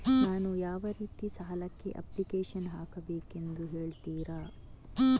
ನಾನು ಯಾವ ರೀತಿ ಸಾಲಕ್ಕೆ ಅಪ್ಲಿಕೇಶನ್ ಹಾಕಬೇಕೆಂದು ಹೇಳ್ತಿರಾ?